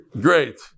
Great